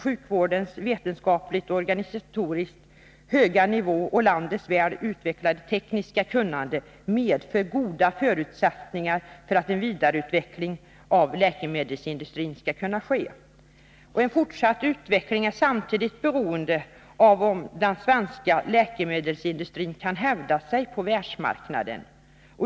Sjukvårdens vetenskapligt och organisatoriskt höga nivå och landets väl utvecklade tekniska kunnande medför goda förutsättningar för en vidareutveckling av läkemedelsindustrin. En fortsatt utveckling är samtidigt beroende av om den svenska läkemedelsindustrin kan hävda sig på världsmarknaden.